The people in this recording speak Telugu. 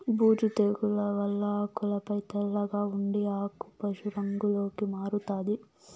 బూజు తెగుల వల్ల ఆకులపై తెల్లగా ఉండి ఆకు పశు రంగులోకి మారుతాది